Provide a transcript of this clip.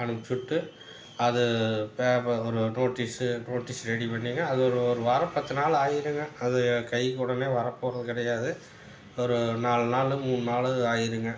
அனுப்புச்சுவிட்டு அது பேப்பர் ஒரு notice notice ready பண்ணிங்க அது ஒரு ஒரு வாரம் பத்து நாள் ஆயிருங்க அது கைக்கு உடனே வரறப்போறது கிடையாது ஒரு நாலு நாள் மூணு நாள் ஆயிருங்க